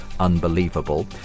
Unbelievable